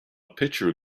pitcher